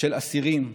של אסירים,